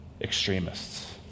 extremists